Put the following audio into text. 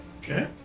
Okay